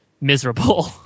miserable